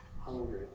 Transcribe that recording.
hungry